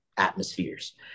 Atmospheres